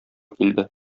килде